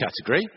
category